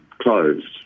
closed